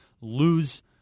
lose